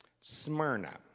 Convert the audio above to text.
Smyrna